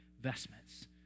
vestments